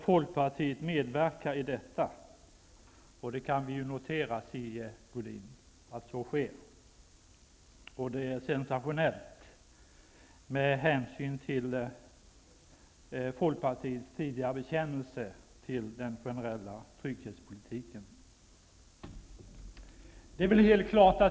Folkpartiet medverkar i detta. Vi kan notera att så sker, Sigge Godin. Det är sensationellt med hänsyn till Folkpartiets tidigare bekännelse till den generella trygghetspolitiken.